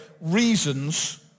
reasons